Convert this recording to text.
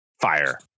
fire